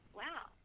wow